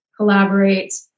collaborate